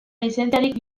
lizentziarik